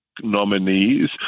nominees